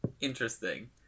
interesting